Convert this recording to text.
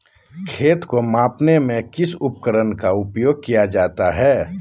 खेत को मापने में किस उपकरण का उपयोग किया जाता है?